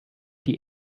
die